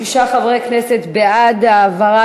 סליחה, את וקנין לבטל.